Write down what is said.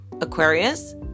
aquarius